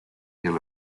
deal